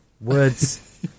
Words